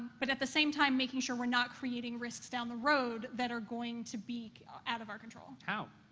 but at the same time, making sure we're not creating risks down the road that are going to be out of our control. how?